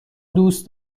دوست